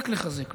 רק לחזק,